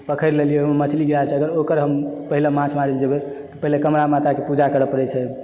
पोखरि लेलियै ओहिमे मछली गिरल छै ओकर पहिले माछ मारै लए जेबै तऽ पहिले कमला माताके पूजा करै पड़ै छै